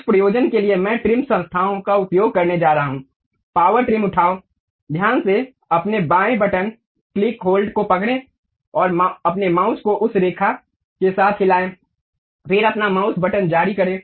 उस प्रयोजन के लिए मैं ट्रिम संस्थाओं का उपयोग करने जा रहा हूं पावर ट्रिम उठाओ ध्यान से अपने बाएं बटन क्लिक होल्ड को पकड़ें और अपने माउस को उस रेखा के साथ हिलाये फिर अपना माउस बटन जारी करें